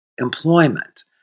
Employment